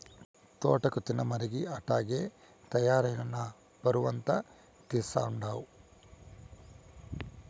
తోటాకు తినమరిగి అట్టాగే తయారై నా పరువంతా తీస్తండావు